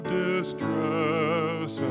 distress